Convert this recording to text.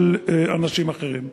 של אנשים אחרים.